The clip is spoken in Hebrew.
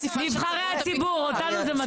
נבחרי הציבור, אותנו זה מטריד.